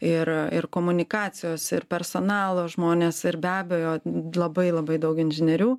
ir ir komunikacijos ir personalo žmonės ir be abejo labai labai daug inžinierių